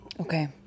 Okay